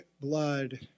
blood